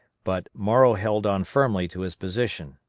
but morrow held on firmly to his position.